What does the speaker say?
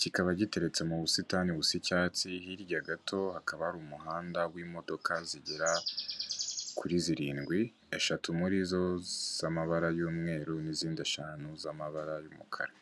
kikaba giteretse mu busitani busa icyatsi hirya gato hakaba ari umuhanda w'imodoka zigera kuri zirindwi, eshatu muri zo z'amabara y'umweru n'izindi eshanu z'amabara y'umukara.